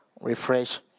Refresh